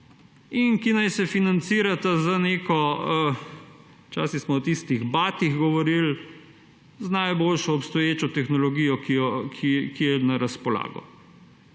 In ki naj se financirata – včasih smo o tistih batih govorili – z najboljšo obstoječo tehnologijo, ki je na razpolago.